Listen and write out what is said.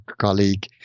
colleague